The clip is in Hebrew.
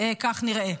כך נראה.